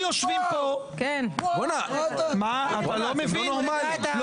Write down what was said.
אתה לא מבין?